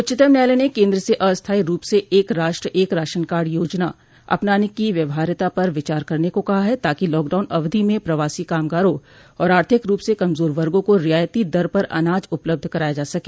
उच्चतम न्यायालय ने केन्द्र से अस्थायी रूप से एक राष्ट्र एक राशन कार्ड योजना अपनाने की व्यावहार्यता पर विचार करने को कहा है ताकि लॉकडाउन अवधि में प्रवासी कामगारों और आर्थिक रूप से कमजोर वगों को रियायती दर पर अनाज उपलब्ध कराया जा सके